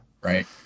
right